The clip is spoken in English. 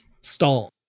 stall